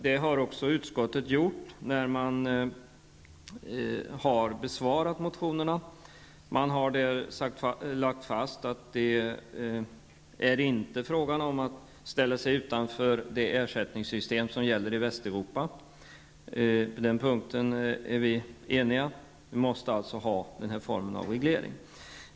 Det har också utskottet gjort när man har besvarat motionerna. Man har där lagt fast att det inte är fråga om att ställa sig utanför det ersättningssystem som gäller i Västeuropa. På den punkten är vi eniga. Vi måste alltså ha den här formen av reglering.